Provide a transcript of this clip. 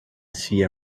sea